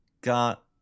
got